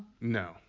No